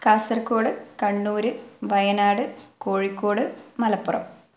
Kasaragod Kannur Wayanad Kozhikode Malappuram